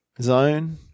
zone